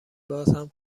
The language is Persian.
بازهم